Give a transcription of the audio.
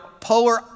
polar